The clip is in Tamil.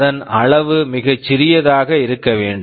அதன் அளவு சிறியதாக இருக்க வேண்டும்